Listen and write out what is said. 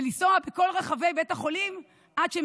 ולנסוע בתוך רחבי בית החולים עד שהם